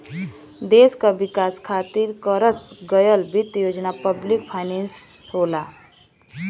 देश क विकास खातिर करस गयल वित्त योजना पब्लिक फाइनेंस होला